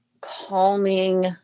calming